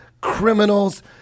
criminals